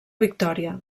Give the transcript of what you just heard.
victòria